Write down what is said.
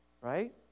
right